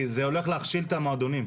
כי זה הולך להכשיל את המועדונים.